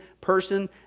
person